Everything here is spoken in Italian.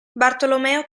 bartolomeo